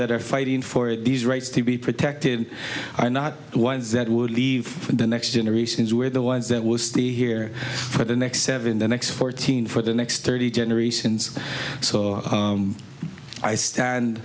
that are fighting for these rights to be protected are not ones that would leave the next generations were the ones that will stay here for the next seven the next fourteen for the next thirty generations so i stand